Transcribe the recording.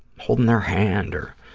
holding their hand or